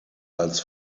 als